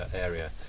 area